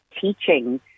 teaching